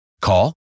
Call